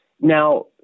Now